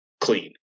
clean